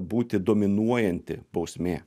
būti dominuojanti bausmė